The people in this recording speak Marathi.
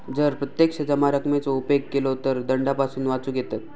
जर प्रत्यक्ष जमा रकमेचो उपेग केलो गेलो तर दंडापासून वाचुक येयत